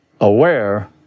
aware